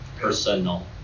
Personal